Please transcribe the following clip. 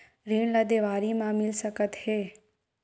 ऋण ला देवारी मा मिल सकत हे